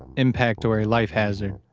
impact or a life hazard.